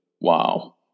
wow